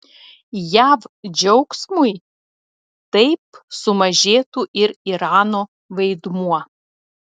jav džiaugsmui taip sumažėtų ir irano vaidmuo